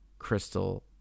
crystal